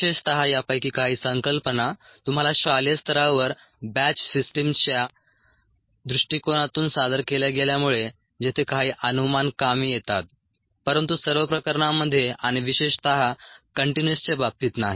विशेषतः यापैकी काही संकल्पना तुम्हाला शालेय स्तरावर बॅच सिस्टीमच्या दृष्टिकोनातून सादर केल्या गेल्यामुळे जेथे काही अनुमान कामी येतात परंतु सर्व प्रकरणांमध्ये आणि विशेषत कंटीन्यूअसच्या बाबतीत नाही